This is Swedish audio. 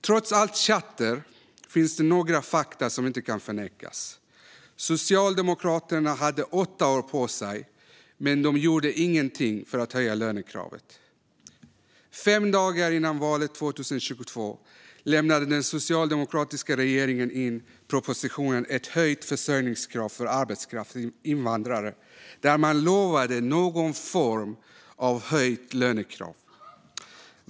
Trots allt tjatter finns det några fakta som inte kan förnekas. Socialdemokraterna hade åtta år på sig, men man gjorde ingenting för att höja lönekravet. Fem dagar före valet 2022 lämnade den socialdemokratiska regeringen in propositionen Ett höjt försörjningskrav för arbetskraftsinvandrare , där man lovade någon form av höjt lönekrav.